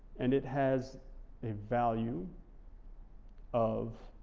and it has a value of